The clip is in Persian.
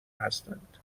هستند